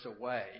away